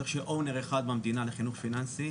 צריך ש"אוונר" אחד במדינה לחינוך פיננסי,